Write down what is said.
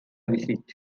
visit